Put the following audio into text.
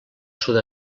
sud